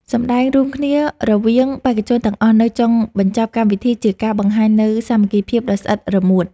សម្ដែងរួមគ្នារវាងបេក្ខជនទាំងអស់នៅចុងបញ្ចប់កម្មវិធីជាការបង្ហាញនូវសាមគ្គីភាពដ៏ស្អិតរមួត។